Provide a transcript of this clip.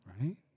Right